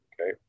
Okay